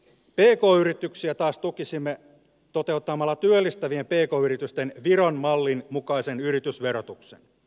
pk yrityksiä taas tukisimme toteuttamalla työllistävien pk yritysten viron mallin mukaisen yritysverotuksen